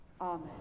Amen